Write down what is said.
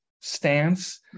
stance